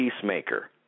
peacemaker